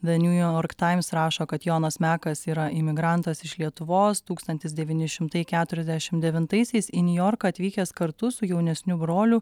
the new york times rašo kad jonas mekas yra imigrantas iš lietuvos tūkstantis devyni šimtai keturiasdešim devintaisiais į niujorką atvykęs kartu su jaunesniu broliu